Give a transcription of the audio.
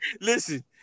listen